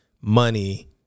money